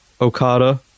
Okada